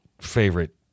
favorite